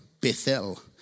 Bethel